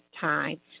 time